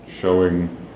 showing